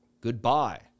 Goodbye